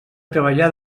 treballar